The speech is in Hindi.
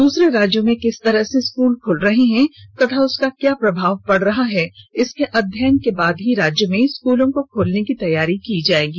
दूसरे राज्यों में किस तरह से स्कूल खुल रहे हैं तथा उसका क्या प्रभाव पड़ रहा है इसके अध्ययन के बाद ही राज्य में स्कूलों को खोलने की तैयारी की जाएगी